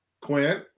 Quint